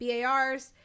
BARs